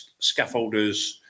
scaffolders